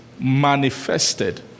manifested